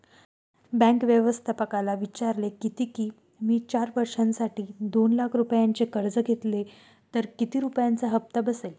bank व्यवस्थापकाला विचारले किती की, मी चार वर्षांसाठी दोन लाख रुपयांचे कर्ज घेतले तर किती रुपयांचा हप्ता बसेल